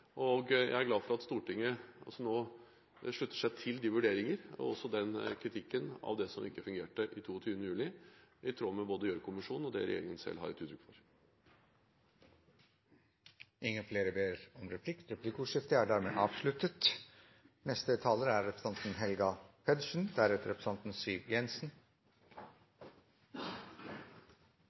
og jeg er glad for at Stortinget nå slutter seg til de vurderinger og også den kritikken av det som ikke fungerte 22. juli, i tråd med det både Gjørv-kommisjonen og regjeringen selv har gitt uttrykk for. Replikkordskiftet er dermed avsluttet. Nå er